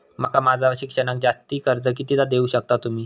माका माझा शिक्षणाक जास्ती कर्ज कितीचा देऊ शकतास तुम्ही?